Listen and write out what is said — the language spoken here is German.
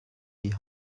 die